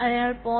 അതിനാൽ 0